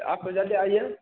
आप जल्दी आइए